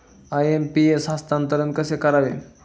IMPS हस्तांतरण कसे करावे?